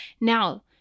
Now